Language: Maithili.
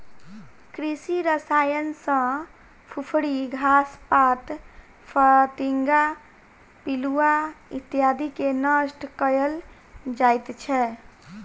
कृषि रसायन सॅ फुफरी, घास पात, फतिंगा, पिलुआ इत्यादिके नष्ट कयल जाइत छै